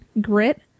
grit